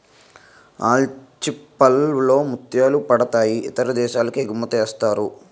ఆల్చిచిప్పల్ లో ముత్యాలు పుడతాయి ఇతర దేశాలకి ఎగుమతిసేస్తారు